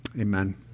amen